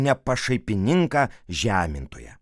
nepašaipininką žemintoją